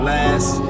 Last